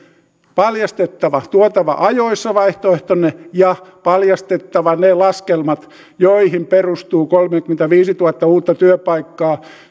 paljastettava tuotava ajoissa vaihtoehtonne ja paljastettava ne laskelmat joihin perustuvat kolmekymmentäviisituhatta uutta työpaikkaa